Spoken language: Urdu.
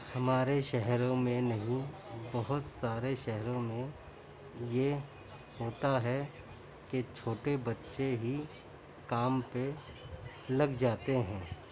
ہمارے شہروں میں نہیں بہت سارے شہروں میں یہ ہوتا ہے کہ چھوٹے بچے ہی کام پہ لگ جاتے ہیں